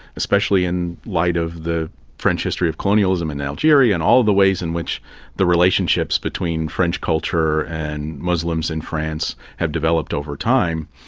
especially in light of the french history of colonialism in algeria and all the ways in which the relationships between french culture and muslims in france have developed over time,